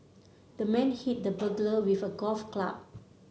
the man hit the burglar with a golf club